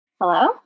Hello